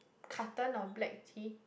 carton of black tea